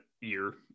year